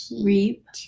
reap